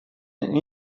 ein